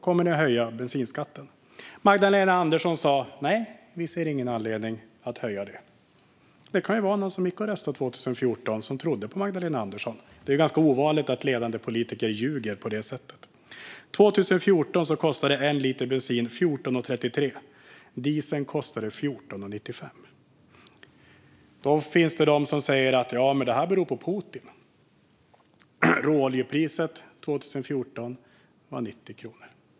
Hon svarade: Nej, vi ser ingen anledning att höja den. Det kanske var någon av dem som gick och röstade 2014 som trodde på Magdalena Andersson. Det är ganska ovanligt att ledande politiker ljuger på det sättet. År 2014 kostade en liter bensin 14,33. Dieseln kostade 14,95. Det finns de som säger att ökningen beror på Putin. Men råoljepriset 2014 var 90 kronor.